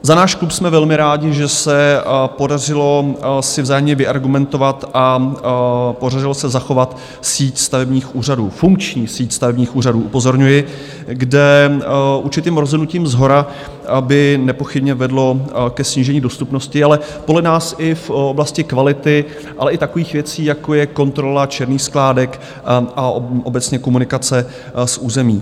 Za náš klub jsme velmi rádi, že se podařilo si vzájemně vyargumentovat a podařilo se zachovat síť stavebních úřadů, funkční síť stavebních úřadů, upozorňuji, kde určitým rozhodnutím shora aby nepochybně vedlo ke snížení dostupnosti, ale podle nás i v oblasti kvality, ale i takových věcí, jako je kontrola černých skládek a obecně komunikace z území.